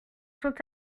sont